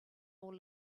all